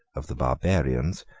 of the barbarians,